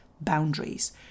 boundaries